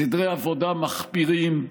סדרי עבודה מחפירים,